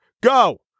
go